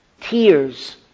tears